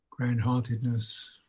grandheartedness